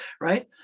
right